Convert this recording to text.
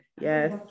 yes